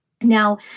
Now